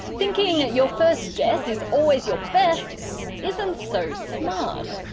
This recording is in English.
thinking your first guess is always your best isn't sew smart.